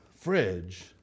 fridge